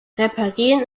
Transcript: reparieren